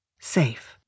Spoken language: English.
Safe